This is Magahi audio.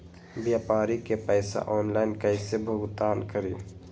व्यापारी के पैसा ऑनलाइन कईसे भुगतान करी?